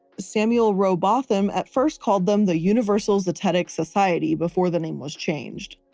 samuel rowbotham at first called them the universal zetetic society before the name was changed.